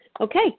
Okay